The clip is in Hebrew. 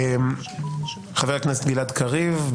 חבר הכנסת גלעד קריב,